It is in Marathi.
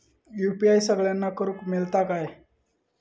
यू.पी.आय सगळ्यांना करुक मेलता काय?